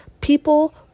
people